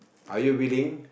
are you willing